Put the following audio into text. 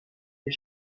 des